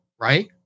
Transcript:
right